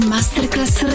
Masterclass